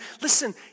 Listen